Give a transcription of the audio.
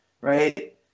right